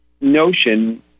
notion